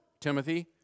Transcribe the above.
Timothy